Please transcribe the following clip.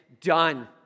done